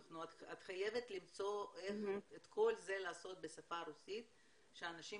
את חייבת למצוא איך את כל זה לעשות בשפה הרוסית שאנשים